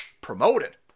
promoted